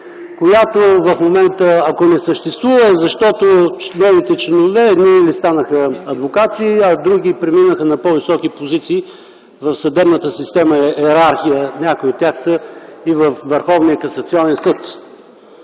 която ако в момента не съществува, то е защото от нейните членове едни станаха адвокати, а други преминаха на по-високи позиции в съдебната йерархия. Някои от тях са във Върховния касационен съд.